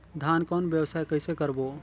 धान कौन व्यवसाय कइसे करबो?